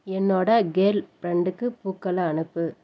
என்னோடய கேர்ள் ஃப்ரெண்டுக்கு பூக்களை அனுப்பு